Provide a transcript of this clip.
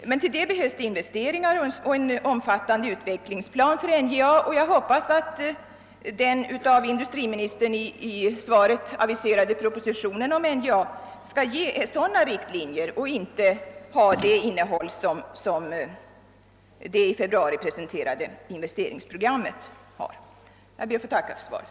Men till det behövs det investeringar och en omfattande utvecklingsplan för NJA. Jag hoppas att den av industriministern i svaret aviserade propositionen om NJA skall ge sådana riktlinjer och inte ha ett liknande innehåll som det i februari presenterade investeringsprogrammet. Jag ber än en gång att få tacka för svaret.